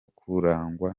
kurangwa